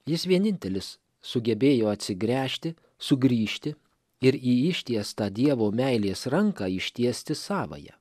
jis vienintelis sugebėjo atsigręžti sugrįžti ir į ištiestą dievo meilės ranką ištiesti savąją